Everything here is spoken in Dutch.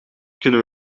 kunnen